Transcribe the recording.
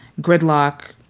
gridlock